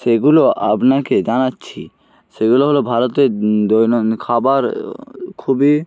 সেগুলো আপনাকে জানাচ্ছি সেগুলো হল ভারতের দৈনন্দিন খাবার খুবই